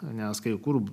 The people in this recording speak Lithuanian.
nes kai kur